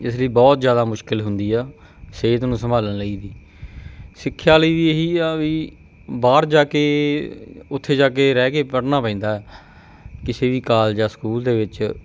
ਇਸ ਲਈ ਬਹੁਤ ਜ਼ਿਆਦਾ ਮੁਸ਼ਕਲ ਹੁੰਦੀ ਆ ਸਿਹਤ ਨੂੰ ਸੰਭਾਲਣ ਲਈ ਵੀ ਸਿੱਖਿਆ ਲਈ ਵੀ ਇਹੀ ਆ ਵੀ ਬਾਹਰ ਜਾ ਕੇ ਉੱਥੇ ਜਾ ਕੇ ਰਹਿ ਕੇ ਪੜ੍ਹਨਾ ਪੈਂਦਾ ਕਿਸੇ ਵੀ ਕਾਲਜ ਜਾਂ ਸਕੂਲ ਦੇ ਵਿੱਚ